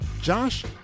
Josh